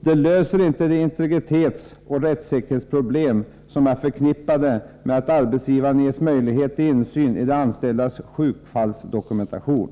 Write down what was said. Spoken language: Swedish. Det löser inte de integritetsoch rättssäkerhetsproblem som är förknippade med att arbetsgivaren ges möjlighet till insyn i den anställdes sjukfallsdokumentation.